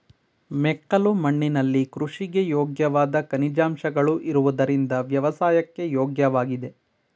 ಮೆಕ್ಕಲು ಮಣ್ಣಿನಲ್ಲಿ ಕೃಷಿಗೆ ಯೋಗ್ಯವಾದ ಖನಿಜಾಂಶಗಳು ಇರುವುದರಿಂದ ವ್ಯವಸಾಯಕ್ಕೆ ಯೋಗ್ಯವಾಗಿದೆ